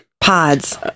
Pods